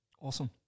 awesome